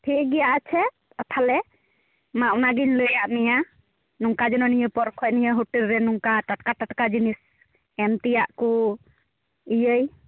ᱴᱷᱤᱠ ᱜᱮᱭᱟ ᱟᱪᱪᱷᱟ ᱛᱟᱦᱚᱞᱮ ᱢᱟ ᱚᱱᱟᱮᱜᱮᱧ ᱞᱟᱹᱭᱟᱜ ᱢᱮᱭᱟ ᱱᱚᱝᱠᱟ ᱡᱮᱱᱚ ᱱᱤᱭᱟᱹ ᱯᱚᱨ ᱠᱷᱚᱡ ᱱᱤᱭᱟᱹ ᱦᱳᱴᱮᱞ ᱨᱮ ᱱᱚᱝᱠᱟ ᱴᱟᱴᱠᱟ ᱴᱟᱴᱠᱟ ᱡᱤᱱᱤᱥ ᱮᱢ ᱛᱮᱭᱟᱜ ᱠᱚ ᱤᱭᱟᱹᱭ